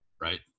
right